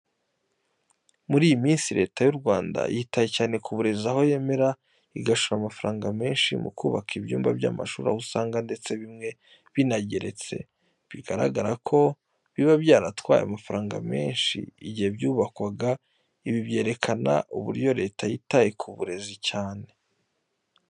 Muri iyi minsi Leta y'u Rwanda yitaye cyane ku burezi aho yemera igashora amafaranga menshi mu kubaka ibyumba by'amashuri aho usanga ndetse bimwe binageretse, bigaragara ko biba byaratwaye amafaranga menshi igihe byubakwaga. Ibi byerekana uburyo Leta yitaye ku burezi cyane.